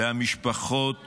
והמשפחות